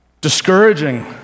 discouraging